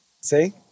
See